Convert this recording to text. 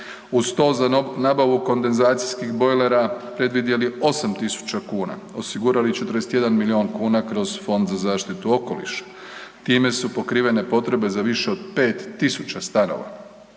Uz to za nabavu kondenzacijskih bojlera predvidjeli 8.000,00 kn, osigurali 41 milijun kuna kroz Fond za zaštitu okoliša, time su pokrivene potrebe za više od 5000 stanova.